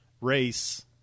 race